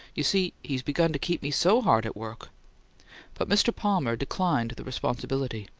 you see, he's begun to keep me so hard at work but mr. palmer declined the responsibility.